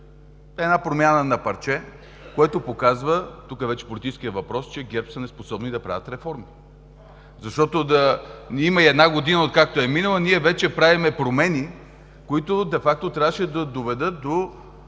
една промяна на парче, което показва – тук вече е политическият въпрос, че ГЕРБ са неспособни да правят реформи. Защото няма и една година откакто е минала, и ние вече правим промени, които де факто трябваше да доведат до